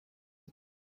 him